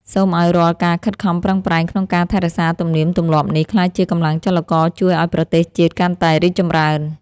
សូមឱ្យរាល់ការខិតខំប្រឹងប្រែងក្នុងការថែរក្សាទំនៀមទម្លាប់នេះក្លាយជាកម្លាំងចលករជួយឱ្យប្រទេសជាតិកាន់តែរីកចម្រើន។